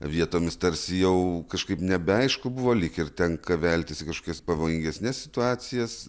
vietomis tarsi jau kažkaip nebeaišku buvo lyg ir tenka veltis į kažkokias pavojingesnes situacijas